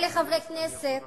אלה חברי כנסת